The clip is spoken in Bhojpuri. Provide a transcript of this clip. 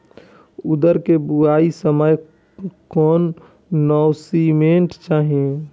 उरद के बुआई के समय कौन नौरिश्मेंट चाही?